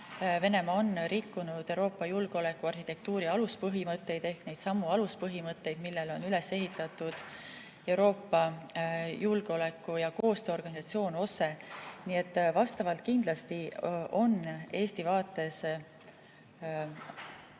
Venemaa on rikkunud Euroopa julgeolekuarhitektuuri aluspõhimõtteid ehk neidsamu aluspõhimõtteid, millele on üles ehitatud Euroopa Julgeoleku- ja Koostööorganisatsioon ehk OSCE. Nii et kindlasti pole Eesti vaates